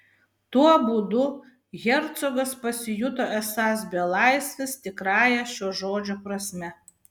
tuo būdu hercogas pasijuto esąs belaisvis tikrąja šio žodžio prasme